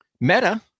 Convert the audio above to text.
meta